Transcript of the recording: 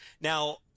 Now